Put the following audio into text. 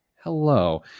Hello